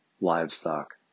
livestock